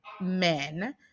men